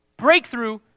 breakthrough